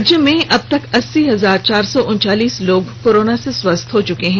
राज्य में अब तक अस्सी हजार चार सौ उनचालीस लोग कोरोना से स्वस्थ हो चुके है